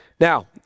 Now